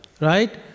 right